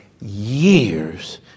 Years